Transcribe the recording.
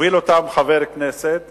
מוביל אותם חבר הכנסת